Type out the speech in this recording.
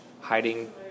hiding